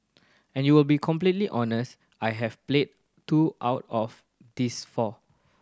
and you will be completely honest I have played two out of these four